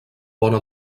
bona